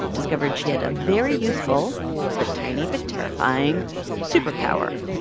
discovered she had a very useful but tiny but terrifying superpower,